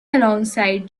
alongside